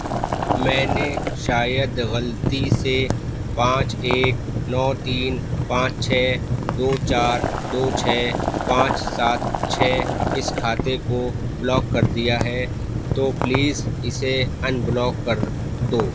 میں نے شاید غلطی سے پانچ ایک نو تین پانچ چھ دو چار دو چھ پانچ سات چھ اس کھاتے کو بلاک کر دیا ہے تو پلیز اسے انبلاک کر دو